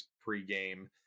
pre-game